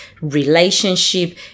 relationship